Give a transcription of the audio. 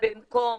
במקום